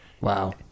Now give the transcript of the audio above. Wow